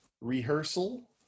rehearsal